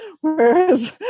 whereas